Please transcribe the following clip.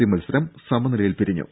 C മത്സരം സമനിലയിൽ പിരിഞ്ഞു